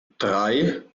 drei